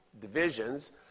divisions